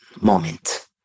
moment